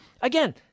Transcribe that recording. Again